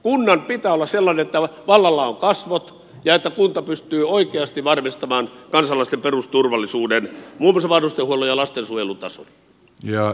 kunnan pitää olla sellainen että vallalla on kasvot ja että kunta pystyy oikeasti varmistamaan kansalaisten perusturvallisuuden muun muassa vanhustenhuollon ja lastensuojelun tason